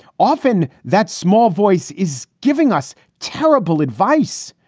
often that small voice is giving us terrible advice.